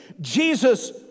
Jesus